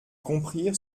comprirent